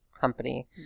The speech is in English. company